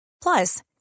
Plus